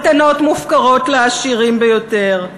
מתנות מופקרות לעשירים ביותר,